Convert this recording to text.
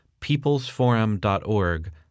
PeoplesForum.org